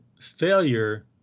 failure